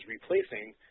replacing